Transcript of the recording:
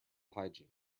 hygiene